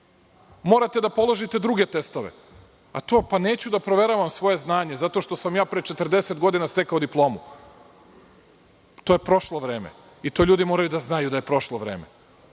morate da položite druge testove. To – neću da proveravam svoje znanje zato što sam pre 40 godina stekao diplomu, to je prošlo vreme i to ljudi moraju da znaju da je to prošlo vreme. Ista